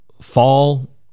fall